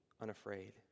unafraid